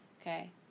okay